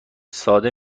ساده